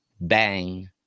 Bang